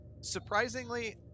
Surprisingly